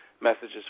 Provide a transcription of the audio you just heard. messages